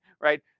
right